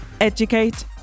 educate